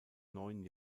neun